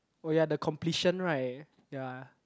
oh ya the completion right ya